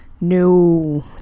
No